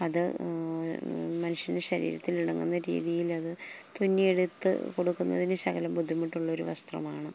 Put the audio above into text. അത് മനുഷ്യന് ശരീരത്തിനിണങ്ങുന്ന രീതിയില് അത് തുന്നിയെടുത്ത് കൊടുക്കുന്നതിന് ശകലം ബുദ്ധിമുട്ടുള്ളൊരു വസ്ത്രമാണ്